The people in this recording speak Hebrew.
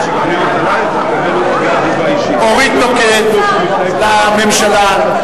אורית נוקד לממשלה.